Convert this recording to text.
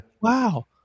Wow